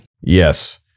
Yes